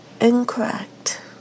incorrect